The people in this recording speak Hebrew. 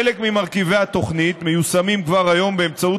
חלק ממרכיבי התוכנית מיושמים כבר היום באמצעות